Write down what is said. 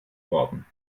worden